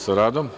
sa radom.